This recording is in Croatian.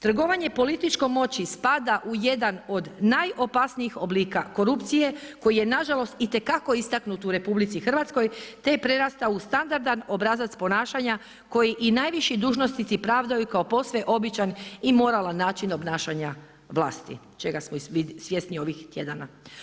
Trgovanje političkom moći spada u jedan od najopasnijih oblika korupcije koji je nažalost itekako istaknut u RH te prerasta u standardan obrazac ponašanja koji i najviši dužnosnici pravdaju kao posve običan i moralan način obnašanja vlasti, čega smo i svjesni ovih tjedana.